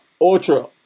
ultra